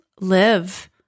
live